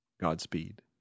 Godspeed